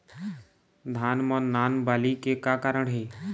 धान म नान बाली के का कारण हे?